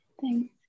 Thanks